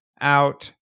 out